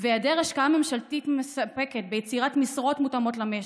והיעדר השקעה ממשלתית מספקת ביצירת משרות מותאמות למשק,